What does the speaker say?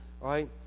right